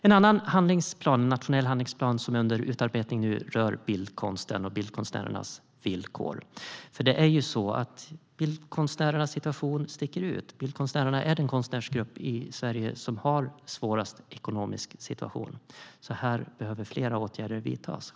En annan nationell handlingsplan som är under utarbetning rör bildkonsten och bildkonstnärernas villkor. Bildkonstnärernas situation sticker ut; det är den konstnärsgrupp i Sverige som har svårast ekonomisk situation. Här behöver därför flera åtgärder vidtas.